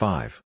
Five